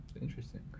interesting